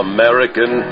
American